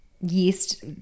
yeast